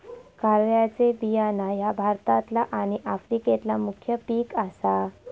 कारळ्याचे बियाणा ह्या भारतातला आणि आफ्रिकेतला मुख्य पिक आसा